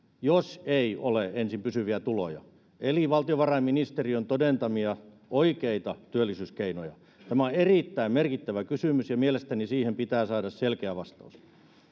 jos ei ole ensin pysyviä tuloja eli valtiovarainministeriön todentamia oikeita työllisyyskeinoja tämä on erittäin merkittävä kysymys ja mielestäni siihen pitää saada selkeä vastaus